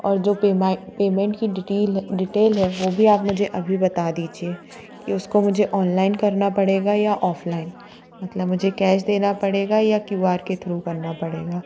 और जो पेमेंट की डिटील है डिटेल है वो भी आप मुझे अभी बता दीजिए कि उसको मुझे ऑनलाइन करना पड़ेगा या ऑफलाइन मतलब मुझे कैश देना पड़ेगा या क्यू आर के थ्रू करना पड़ेगा